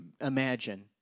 imagine